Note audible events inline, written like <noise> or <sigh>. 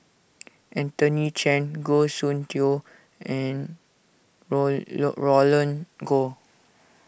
Anthony Chen Goh Soon Tioe and <unintelligible> Roland Goh